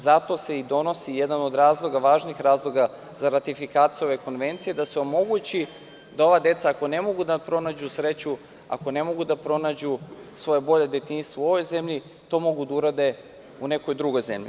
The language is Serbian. Zato se i donosi jedan od važnih razloga za ratifikaciju ove konvencije, da se omogući da ova deca ako ne mogu da pronađu sreću, da pronađu detinjstvo bolje u ovoj zemlji, to mogu da urade u nekoj drugoj zemlji.